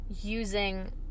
using